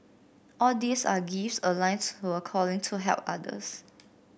all these are gifts aligned to a calling to help others